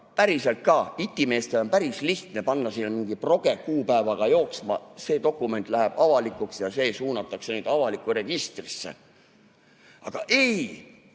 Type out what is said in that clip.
Päriselt ka on itimeestel päris lihtne panna mingi proge kuupäevaga jooksma, see dokument läheb avalikuks ja see suunatakse nüüd avalikku registrisse. Aga ei,